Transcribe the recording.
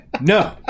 No